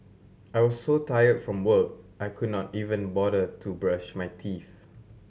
I was so tired from work I could not even bother to brush my teeth